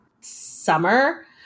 Summer